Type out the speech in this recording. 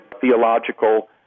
theological